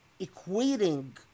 equating